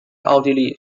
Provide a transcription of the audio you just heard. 奥地利